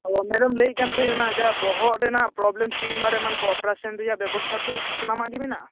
ᱚ ᱢᱮᱰᱟᱢ ᱞᱟᱹᱭᱮᱫ ᱛᱟᱦᱮᱱᱟ ᱚᱱᱟ ᱡᱟᱦᱟᱸ ᱵᱚᱦᱚᱜ ᱨᱮᱱᱟᱜ ᱯᱚᱨᱳᱵᱽᱮᱞᱮᱢ ᱴᱤᱭᱩᱢᱟᱨ ᱮᱢᱟᱱ ᱠᱚ ᱚᱯᱟᱨᱮᱥᱮᱱ ᱨᱮᱭᱟᱜ ᱵᱮᱵᱚᱥᱛᱟ ᱠᱚ ᱥᱟᱱᱟᱢᱟᱜ ᱜᱮ ᱢᱮᱱᱟᱜᱼᱟ